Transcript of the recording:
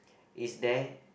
is there